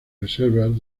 reservas